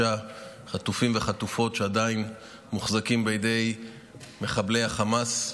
החטופים והחטופות שעדיין מוחזקים בידי מחבלי חמאס,